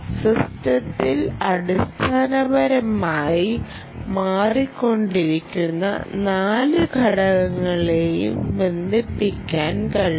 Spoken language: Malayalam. സിസ്റ്റത്തിൽ അടിസ്ഥാനപരമായി മാറി കൊണ്ടിരിക്കുന്ന 4 ഘടകങ്ങളേയും ബന്ധിപ്പിക്കാൻ കഴിയും